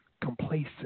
complacent